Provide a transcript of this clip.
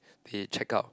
they check up